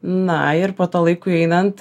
na ir po to laikui einant